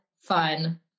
fun